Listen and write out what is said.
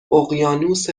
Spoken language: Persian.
اقیانوس